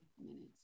minutes